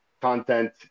content